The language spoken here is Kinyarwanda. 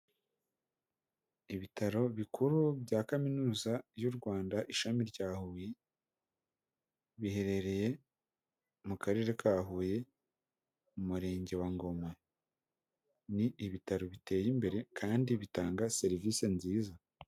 Ibitaro bikuru bya kaminuza y'u Rwanda ishami rya Huye biherereye mu karere ka Huye mu murenge wa Ngoma, ni ibitaro biteye imbere kandi bitanga serivise nziza